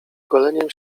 goleniem